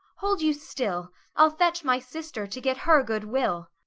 hold you still i'll fetch my sister to get her good will.